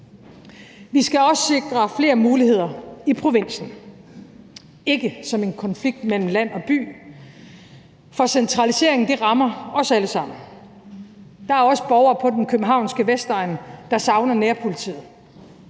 Vi skal også sikre flere muligheder i provinsen – ikke som en konflikt mellem land og by, for centralisering rammer os alle sammen. Der er også borgere på den københavnske vestegn, der savner nærpolitiet,